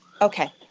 Okay